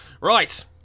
Right